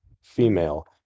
Female